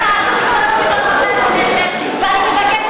אני מבקשת